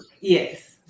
Yes